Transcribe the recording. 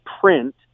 print